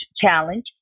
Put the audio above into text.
challenge